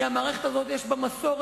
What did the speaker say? כי במערכת הזאת יש מסורת